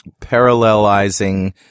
parallelizing